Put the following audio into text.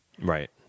Right